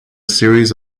series